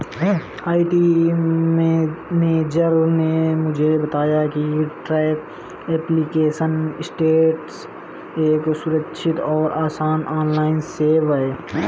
IT manager ने मुझे बताया की ट्रैक एप्लीकेशन स्टेटस एक सुरक्षित और आसान ऑनलाइन सेवा है